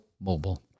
mobile